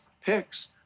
picks